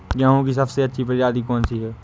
गेहूँ की सबसे अच्छी प्रजाति कौन सी है?